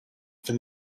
for